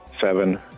Seven